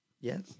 Yes